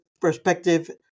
perspective